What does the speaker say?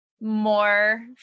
more